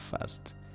first